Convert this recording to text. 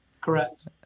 Correct